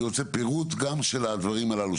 אני רוצה פירוט גם של הדברים האלה,